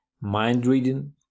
mind-reading